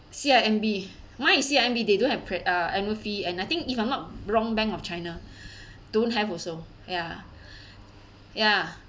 C_I_M_B mine is C_I_M_B they don't have pre~ uh annual fee and I think if I'm not wrong bank of china don't have also ya ya